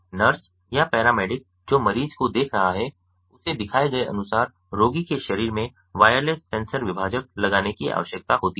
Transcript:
nurse या paramedic जो मरीज को देख रहा है उसे दिखाए गए अनुसार रोगी के शरीर में वायरलेस सेंसर विभाजक लगाने की आवश्यकता होती है